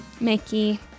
Mickey